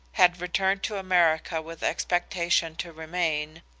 had returned to america with expectation to remain,